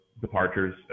departures